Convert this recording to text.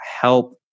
help